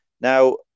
Now